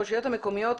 הרשויות המקומיות,